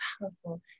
powerful